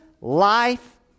life